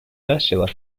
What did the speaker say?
ursula